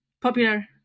popular